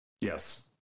Yes